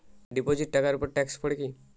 Deposit টাকার উপর tax পড়ে কি?